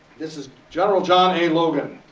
this is general john a. logan,